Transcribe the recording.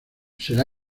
será